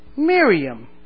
Miriam